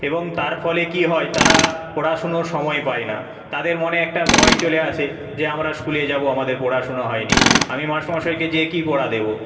এবং তার ফলে কী হয় তারা পড়াশুনোর সময় পায় না তাদের মনে একটা ভয় চলে আসে যে আমরা স্কুলে যাবো আমাদের পড়াশুনো হয়নি আমি মাস্টারমশাইকে যেয়ে কি পড়া দেবো